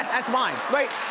that's mine, right.